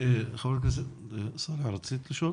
חברת הכנסת סאלח, בבקשה.